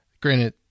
granted